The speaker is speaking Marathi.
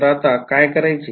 तर आता काय करायचे